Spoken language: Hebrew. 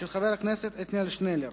של חבר הכנסת עתניאל שנלר.